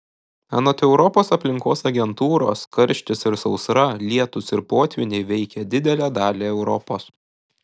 anot europos aplinkos agentūros karštis ir sausra lietūs ir potvyniai veikia didelę dalį europos